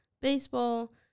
baseball